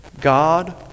God